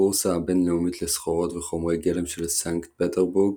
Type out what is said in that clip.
הבורסה הבינלאומית לסחורות וחומרי גלם של סנקט פטרבורג